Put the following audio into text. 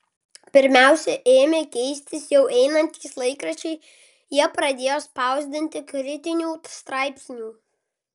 pirmiausia ėmė keistis jau einantys laikraščiai jie pradėjo spausdinti kritinių straipsnių